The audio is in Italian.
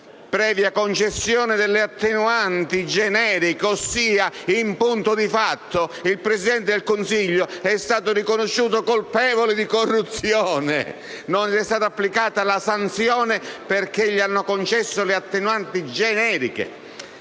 previa concessione delle attenuanti generiche: in punto di fatto, il Presidente del Consiglio è stato riconosciuto colpevole di corruzione, ma non gli è stata applicata la sanzione perché gli hanno concesso le attenuanti generiche.